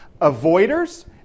avoiders